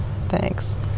Thanks